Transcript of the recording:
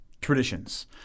traditions